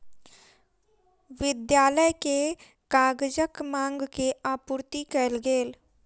विद्यालय के कागजक मांग के आपूर्ति कयल गेल